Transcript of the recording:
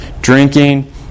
drinking